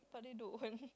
but they don't want